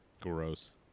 Gross